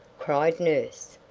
cried nurse.